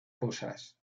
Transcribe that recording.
cosas